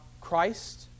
Christ